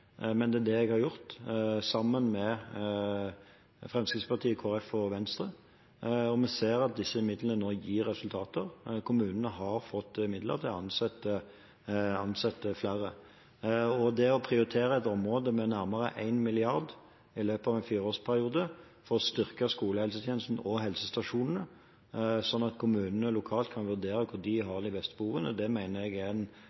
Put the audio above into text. Men det har jeg gjort, sammen med Fremskrittspartiet, Kristelig Folkeparti og Venstre. Vi ser at disse midlene nå gir resultater. Kommunene har fått midler til å ansette flere. Det å prioritere et område med nærmere 1 mrd. kr i løpet av en fireårsperiode for å styrke skolehelsetjenesten og helsestasjonene, slik at kommunene lokalt kan vurdere hvor de har det største behovet, mener jeg er en